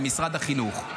למשרד החינוך.